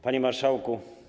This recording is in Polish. Panie Marszałku!